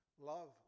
Love